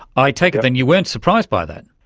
i take it then you weren't surprised by that.